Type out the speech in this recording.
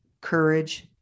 courage